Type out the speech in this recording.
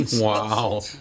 Wow